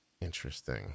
Interesting